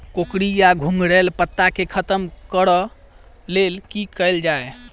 कोकरी वा घुंघरैल पत्ता केँ खत्म कऽर लेल की कैल जाय?